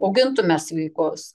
augintume sveikus